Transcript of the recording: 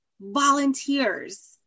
volunteers